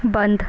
बंध